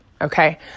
Okay